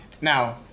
Now